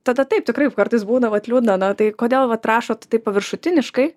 tada taip tikrai kartais būna vat liūdna na tai kodėl vat rašot taip paviršutiniškai